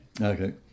Okay